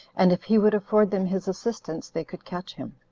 and if he would afford them his assistance, they could catch him.